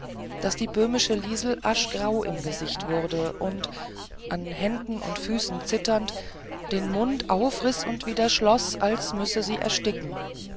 daß die böhmische liesel aschgrau im gesicht wurde und an händen und füßen zitternd den mund aufriß und wieder schloß als müsse sie ersticken